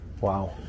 Wow